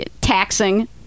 taxing